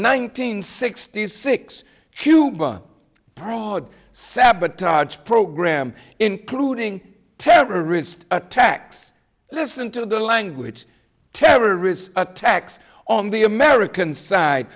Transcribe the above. hundred sixty six cuba prague sabotage program including terrorist attacks listen to the language terrorist attacks on the american side